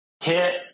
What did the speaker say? Hit